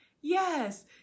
Yes